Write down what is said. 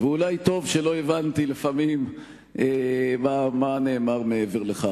ואולי טוב שלא הבנתי לפעמים מה נאמר מעבר לכך.